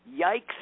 Yikes